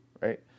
right